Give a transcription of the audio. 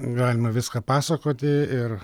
galima viską pasakoti ir